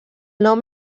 nom